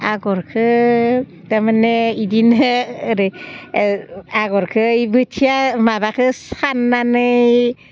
आगरखौ थारमाने बिदिनो ओरै आगरखौ बोथिया माबाखौ साननानै